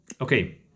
Okay